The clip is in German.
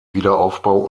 wiederaufbau